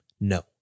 No